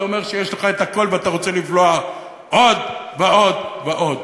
זה אומר שיש לך את הכול ואתה רוצה לבלוע עוד ועוד ועוד.